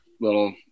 little